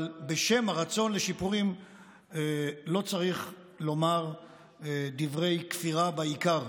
אבל בשם הרצון לשיפורים לא צריך לומר דברי כפירה בעיקר.